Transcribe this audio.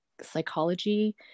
psychology